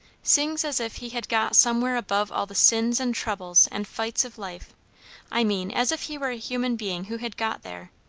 sings as if he had got somewhere above all the sins and troubles and fights of life i mean, as if he were a human being who had got there.